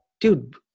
dude